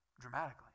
Dramatically